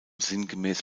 sinngemäß